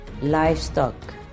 livestock